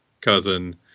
cousin